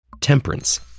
Temperance